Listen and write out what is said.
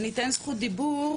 אני אתן זכות דיבור